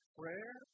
prayer